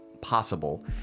possible